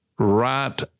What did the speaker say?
Right